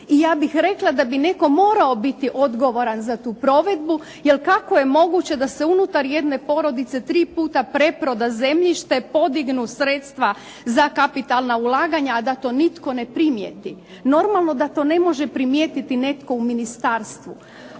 i ja bih rekla da bi netko morao biti odgovoran za tu provedbu jer kako je moguće da se unutar jedne porodice tri puta preproda zemljište, podignu sredstva za kapitalna ulaganja a da to nitko ne primijeti. Normalno da to ne može primijetiti netko u ministarstvu.